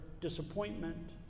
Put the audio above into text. disappointment